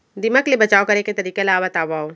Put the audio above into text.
दीमक ले बचाव करे के तरीका ला बतावव?